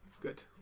Good